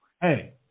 Hey